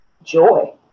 Joy